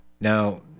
now